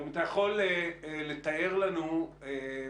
אם אתה יכול לתאר לנו מהלכי,